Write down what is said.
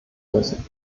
müssen